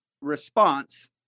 response